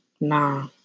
nah